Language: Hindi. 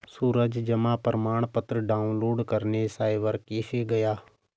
सूरज जमा प्रमाण पत्र डाउनलोड करने साइबर कैफे गया